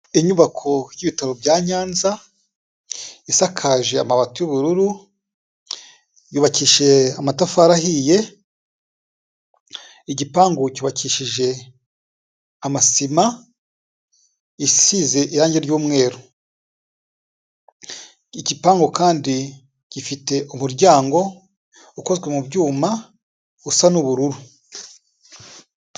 Inyubako y'ibitaro bya Nyanza, isakaje amabati y'ubururu, yubakishije amatafari ahiye, igipangu cyubakishije amasima, isize irangi ry'umweru. Igipangu kandi gifite umuryango ukozwe mu byuma usa n'ubururu.